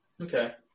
Okay